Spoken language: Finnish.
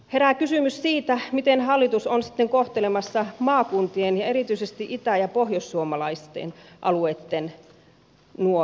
herää kysymys siitä miten hallitus on sitten kohtelemassa maakuntien ja erityisesti itä ja pohjoissuomalaisten alueitten nuoria